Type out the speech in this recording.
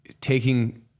taking